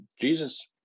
Jesus